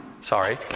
Sorry